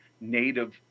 native